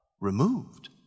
removed